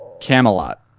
Camelot